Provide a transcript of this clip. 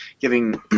giving